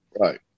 Right